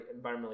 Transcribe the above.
environmentally